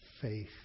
faith